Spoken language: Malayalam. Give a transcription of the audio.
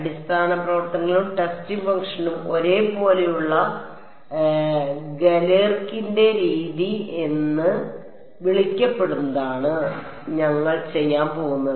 അടിസ്ഥാന പ്രവർത്തനങ്ങളും ടെസ്റ്റിംഗ് ഫംഗ്ഷനും ഒരേ പോലെയുള്ള ഗലേർകിന്റെ രീതി എന്ന് വിളിക്കപ്പെടുന്നതാണ് ഞങ്ങൾ ചെയ്യാൻ പോകുന്നത്